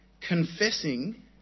confessing